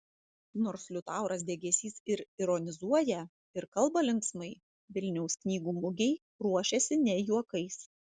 nors liutauras degėsys ir ironizuoja ir kalba linksmai vilniaus knygų mugei ruošiasi ne juokais